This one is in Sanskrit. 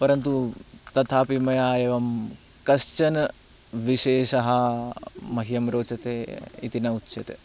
परन्तु तथापि मया एवं कश्चन विशेषः मह्यं रोचते इति न उच्यते